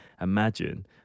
Imagine